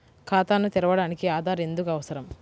ఖాతాను తెరవడానికి ఆధార్ ఎందుకు అవసరం?